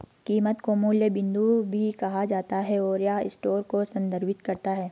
कीमत को मूल्य बिंदु भी कहा जाता है, और यह स्टोर को संदर्भित करता है